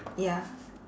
ya